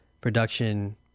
production